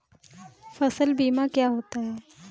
फसल बीमा क्या होता है?